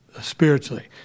spiritually